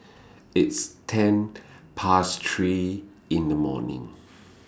its ten Past three in The morning